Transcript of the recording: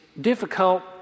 difficult